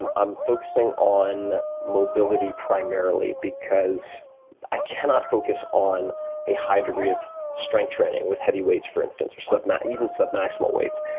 and i'm focusing on mobility primarily because i cannot focus on a high degree of strength training, with heavy weights, for instance, or so even sub-maximal weights.